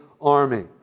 army